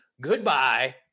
Goodbye